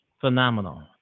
phenomenal